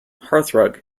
hearthrug